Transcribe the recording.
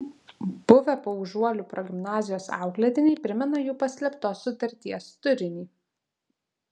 buvę paužuolių progimnazijos auklėtiniai primena jų paslėptos sutarties turinį